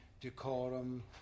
decorum